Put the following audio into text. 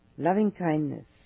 loving-kindness